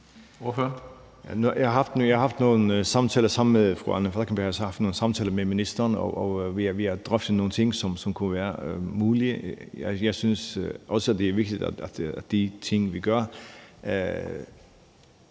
jeg haft nogle samtaler med ministeren, og vi har drøftet nogle ting, som kunne være mulige. Jeg synes også, det er vigtigt, at de ting, vi gør,